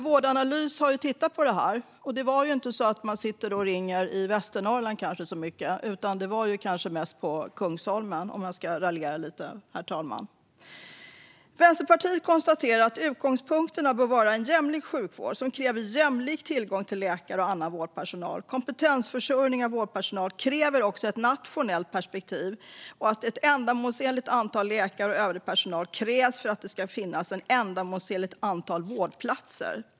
Vårdanalys har ju tittat på frågan. Det är ju inte så att man i Västernorrland ringer så många samtal. Det var kanske mest på Kungsholmen - om jag ska raljera lite. Vänsterpartiet konstaterar att utgångspunkten bör vara en jämlik sjukvård som kräver jämlik tillgång till läkare och annan vårdpersonal. Kompetensförsörjning av vårdpersonal kräver också ett nationellt perspektiv och att ett ändamålsenligt antal läkare och övrig personal förutsätts för att det ska finnas ett ändamålsenligt antal vårdplatser.